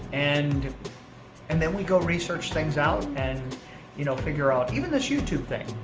and and then we go research things out, and you know figure out even this youtube thing.